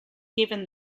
given